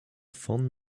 fond